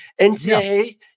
NCAA